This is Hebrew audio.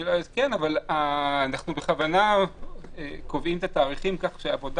אנחנו בכוונה קובעים את התאריכים כך שהעבודה